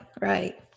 Right